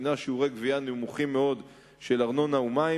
שיעורי גבייה נמוכים מאוד של ארנונה ומים,